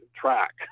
track